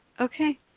okay